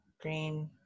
green